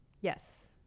Yes